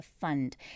Fund